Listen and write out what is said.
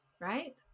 right